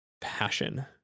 passion